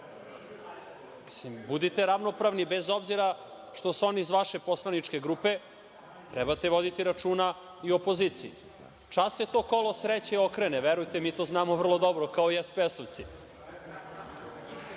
Budite ravnopravni, bez obzira što su oni iz vaše poslaničke grupe. Trebate voditi računa i o opoziciji. Čas se to kolo sreće okrene, verujte mi, mi to znamo vrlo dobro, kao i SPS-ovci.